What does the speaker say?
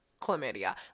chlamydia